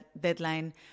deadline